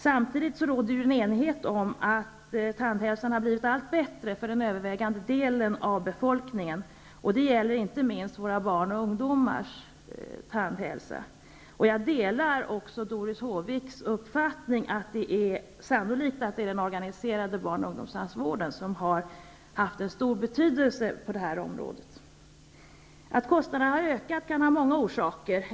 Samtidigt råder det enighet om att tandhälsan har blivit allt bättre för den övervägande delen av befolkningen. Det gäller inte minst våra barns och ungdomars tandhälsa. Jag delar också Doris Håviks uppfattning att det sannolikt är den organiserade barn och ungdomstandvården som har haft en stor betydelse på detta område. Att kostnaderna har ökat kan ha många orsaker.